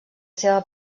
seva